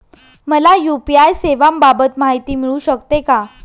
मला यू.पी.आय सेवांबाबत माहिती मिळू शकते का?